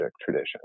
tradition